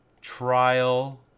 trial